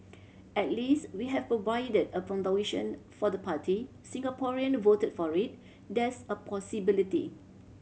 at least we have provided a foundation for the party Singaporean voted for it there's a possibility